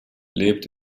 lebt